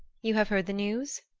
you have heard the news?